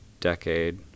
decade